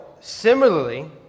similarly